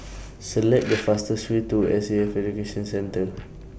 Select The fastest Way to S A F Education Centre